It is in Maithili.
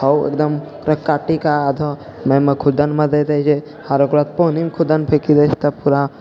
हउ एकदम ओकरा काटिकऽ आधो खुदनमे दऽ दै छिए आओर ओकरा पानिमे खुदन फेकि दै छिए तब पूरा